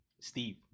Steve